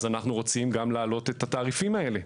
אז אנחנו רוצים גם להעלות את התעריפים האלה.